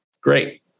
Great